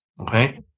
okay